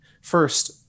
first